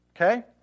Okay